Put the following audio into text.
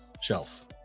shelf